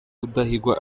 rudahigwa